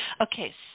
Okay